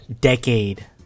decade